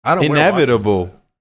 inevitable